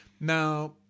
Now